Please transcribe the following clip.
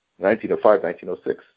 1905-1906